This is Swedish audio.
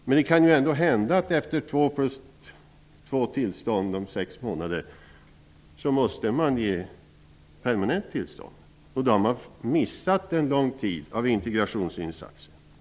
Men det kan ändå hända att man efter två uppehållstillstånd på sex månader måste bevilja permanent tillstånd. Då har en lång tid av integrationsinsatser gått förlorad.